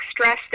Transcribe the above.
stress